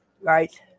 Right